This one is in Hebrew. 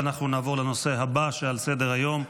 אנחנו נעבור לנושא הבא על סדר-היום,